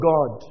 God